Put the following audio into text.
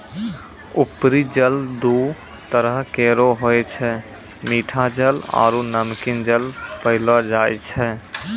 उपरी जल दू तरह केरो होय छै मीठा जल आरु नमकीन जल पैलो जाय छै